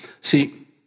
See